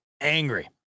angry